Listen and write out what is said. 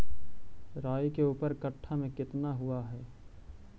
राई के ऊपर कट्ठा में कितना हुआ है?